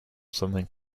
something